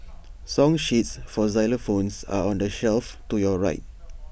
song sheets for xylophones are on the shelf to your right